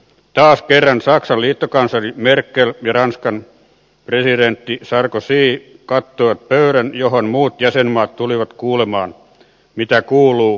taas kerran saksan liittokansleri merkel ja ranskan presidentti sarkozy kattoivat pöydän johon muut jäsenmaat tulivat kuulemaan mitä kuuluu ja kuka käskee